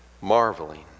marveling